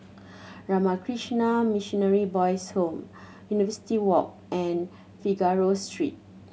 Ramakrishna Boys' Home University Walk and Figaro Street